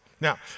Now